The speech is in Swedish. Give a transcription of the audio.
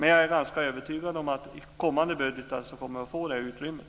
Men jag är ganska övertygad om att vi i kommande budgetar kommer att få det utrymmet.